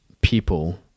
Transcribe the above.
people